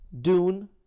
dune